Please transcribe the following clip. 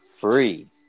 free